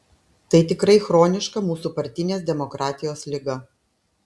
tai tikrai chroniška mūsų partinės demokratijos liga